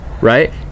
right